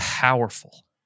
Powerful